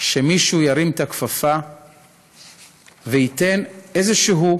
שמישהו ירים את הכפפה וייתן איזשהו